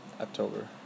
October